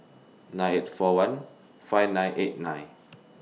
nine eight four one five nine eight nine